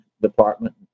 department